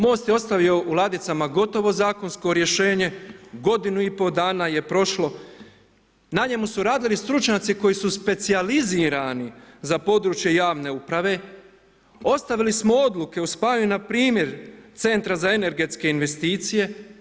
MOST je ostavio u ladicama gotovo zakonsko rješenje, godinu i pol dana je prošlo, na njemu su radili stručnjaci koji su specijalizirani za područje javne uprave, ostavili smo odluke u spajanju npr. centra za energetske investicije.